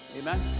Amen